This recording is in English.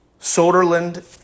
Soderlund